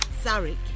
Sorry